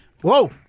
Whoa